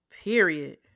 Period